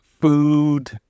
food